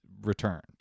returned